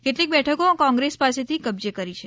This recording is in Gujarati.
કેટલીક બેઠકો કોંગેસ પાસેથી કબજે કરી છે